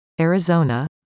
Arizona